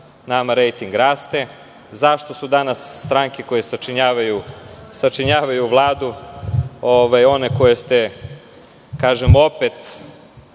nama rejting raste, zašto su danas stranke koje sačinjavaju vladu one koje su, opet,